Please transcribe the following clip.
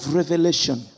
revelation